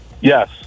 Yes